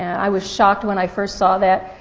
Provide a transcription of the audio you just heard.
i was shocked when i first saw that,